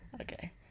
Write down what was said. Okay